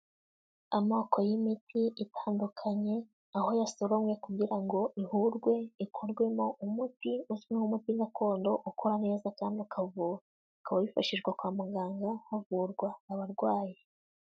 Amoko y'imiti itandukanye aho yasoromwe kugira ngo ihurwe, ikorwemo umuti uzwi nk'umuti gakondo ukora neza kandi akavura, ukaba wifashishwa kwa muganga havurwa abarwayi.